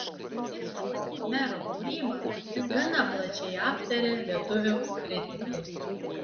icchoko mero kūrybą gana plačiai aptarė lietuvių kritikai